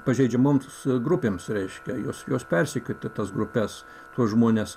pažeidžiamoms grupėms reiškia juos juos persekioti tas grupes tuos žmones